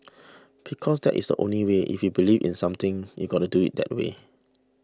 because that is the only way if you believe in something you've got to do it that way